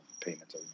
payments